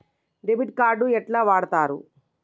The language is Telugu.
డెబిట్ కార్డు ఎట్లా వాడుతరు?